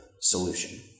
solution